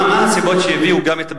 מה הסיבות שהביאו גם את הבג"ץ,